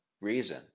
reason